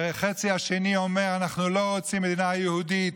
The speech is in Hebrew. החצי השני אומר: אנחנו לא רוצים מדינה יהודית,